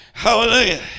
Hallelujah